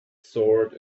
sword